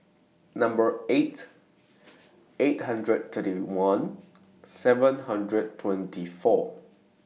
Number eight eight hundred thirty one seven hundred twenty four